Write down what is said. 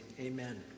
amen